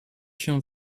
się